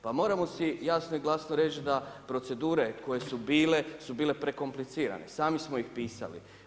Pa moramo si jasno i glasno reći da procedure koje su bile su bile prekomplicirane, sami smo ih pisali.